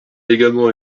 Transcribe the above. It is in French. également